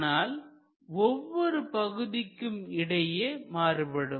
ஆனால் ஒவ்வொரு பகுதிக்கும் இடையே மாறுபடும்